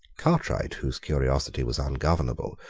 cartwright, whose curiosity was ungovernable,